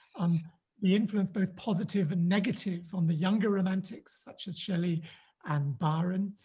um the influence both positive and negative on the younger romantics such as shelley and byron,